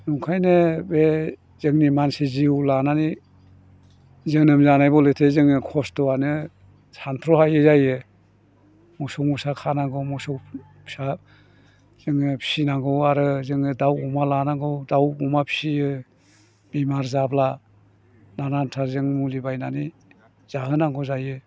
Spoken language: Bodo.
ओंखायनो बे जोंनि मानसि जिउ लानानै जोनोम जानाय बलेथे जोङो खस्थ'आनो सान्थ्र'हायै जायो मोसौ मोसा खानांगौ मोसौ फिसा जोङो फिसिनांगौ आरो जोङो दाव अमा लानांगौ दाव अमा फिसियो बेमार जाब्ला नानानथा जों मुलि बायनानै जाहोनांगौ जायो